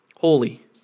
holy